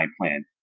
plan